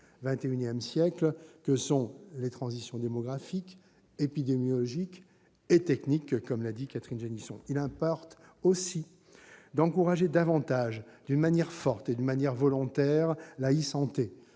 XXI siècle que sont les transitions démographique, épidémiologique et technologique, comme l'a dit Catherine Génisson. Il importe aussi d'encourager davantage, d'une manière forte et volontaire, l'e-santé,